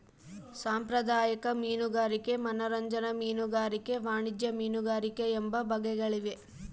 ಸಾಂಪ್ರದಾಯಿಕ ಮೀನುಗಾರಿಕೆ ಮನರಂಜನಾ ಮೀನುಗಾರಿಕೆ ವಾಣಿಜ್ಯ ಮೀನುಗಾರಿಕೆ ಎಂಬ ಬಗೆಗಳಿವೆ